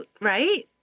right